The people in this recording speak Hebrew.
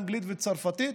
אנגלית וצרפתית,